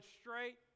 straight